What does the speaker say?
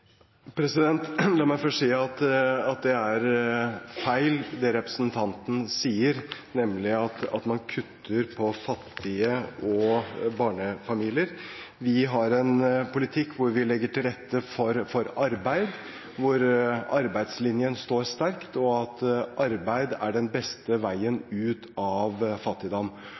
La meg først si at det er feil det representanten sier, nemlig at man kutter for fattige og barnefamilier. Vi har en politikk hvor vi legger til rette for arbeid, hvor arbeidslinjen står sterkt – arbeid er den beste veien ut av fattigdom.